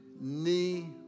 knee